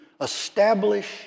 establish